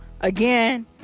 again